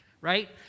right